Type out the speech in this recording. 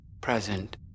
present